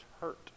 hurt